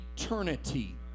eternity